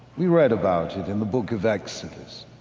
we read about it in the book of exodus,